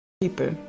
People